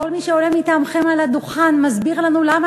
כל מי שעולה מטעמכם על הדוכן מסביר לנו למה